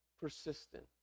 persistent